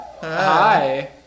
Hi